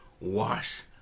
wash